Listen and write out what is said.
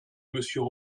monsieur